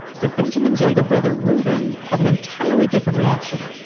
but benjamin's younger brother reuven, had an entirely different reaction.